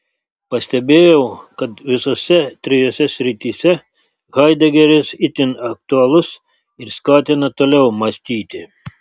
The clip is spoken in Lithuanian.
pastebėjau kad visose trijose srityse haidegeris itin aktualus ir skatina toliau mąstyti